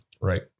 right